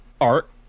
art